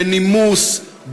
בנימוס,